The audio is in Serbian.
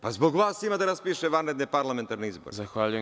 Pa, zbog vas ima da raspiše vanredne parlamentarne izbore.